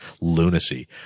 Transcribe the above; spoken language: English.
lunacy